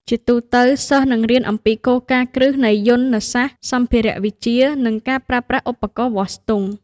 ជាទូទៅ សិស្សនឹងរៀនអំពីគោលការណ៍គ្រឹះនៃយន្តសាស្ត្រ សម្ភារៈវិទ្យា និងការប្រើប្រាស់ឧបករណ៍វាស់ស្ទង់។